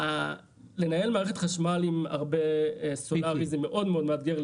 לנהל מערכת חשמל עם הרבה סולארי זה מאוד מאתגר,